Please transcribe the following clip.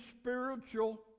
spiritual